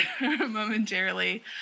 momentarily